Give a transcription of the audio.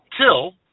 Till